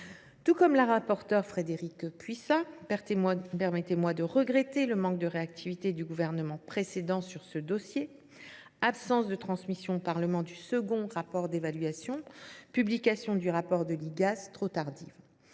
Tout comme notre rapporteur Frédérique Puissat, permettez moi de regretter le manque de réactivité du gouvernement précédent sur ce dossier : absence de transmission au Parlement du second rapport d’évaluation, publication du rapport de l’Igas trop tardive.